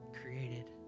created